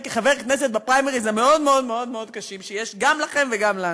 כחבר כנסת בפריימריז המאוד-מאוד-מאוד קשים שיש גם לכם וגם לנו.